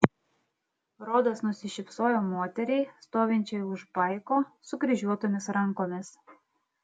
rodas nusišypsojo moteriai stovinčiai už paiko sukryžiuotomis rankomis